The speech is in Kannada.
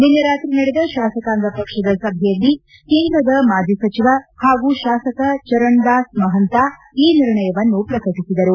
ನಿನ್ನೆ ರಾತ್ರಿ ನಡೆದ ಶಾಸಕಾಂಗ ಪಕ್ಷದ ಸಭೆಯಲ್ಲಿ ಕೇಂದ್ರದ ಮಾಜಿ ಸಚಿವ ಹಾಗೂ ಶಾಸಕ ಚರಣದಾಸ್ ಮಹಂತಾ ಈ ನಿರ್ಣಯವನ್ನು ಪ್ರಕಟಿಸಿದರು